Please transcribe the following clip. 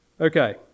Okay